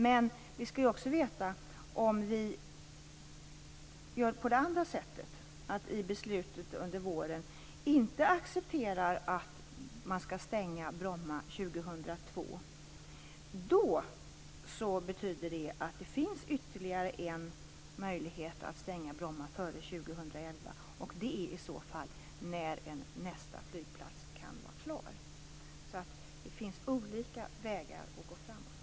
Men vi skall också veta att om vi gör på det andra sättet, dvs. att i beslutet under våren inte acceptera en stängning av Bromma 2002, betyder det att det finns ytterligare en möjlighet att stänga Bromma före 2011. Det är i så fall när nästa flygplats kan vara klar. Det finns alltså olika vägar att gå framåt på.